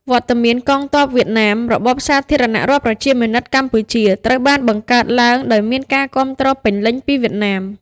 វត្តមានកងទ័ពវៀតណាម របបសាធារណរដ្ឋប្រជាមានិតកម្ពុជា ត្រូវបានបង្កើតឡើងដោយមានការគាំទ្រពេញលេញពីវៀតណាម។